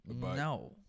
No